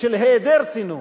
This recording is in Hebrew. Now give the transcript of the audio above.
של היעדר צינון,